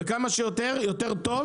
וכמה שיותר יותר טוב.